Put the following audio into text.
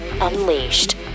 Unleashed